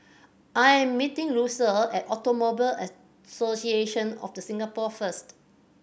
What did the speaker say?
I am meeting Lucille at Automobile Association of The Singapore first